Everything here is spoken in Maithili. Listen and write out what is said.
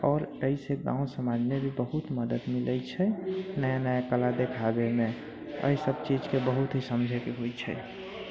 आओर अइसँ गाँव समाजमे भी बहुत मदति मिलै छै नया नया कला देखाबैमे अइ सभ चीजके बहुत ही समझैके होइ छै